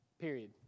period